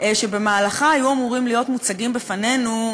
שבמהלכה היו אמורים להיות מוצגים בפנינו,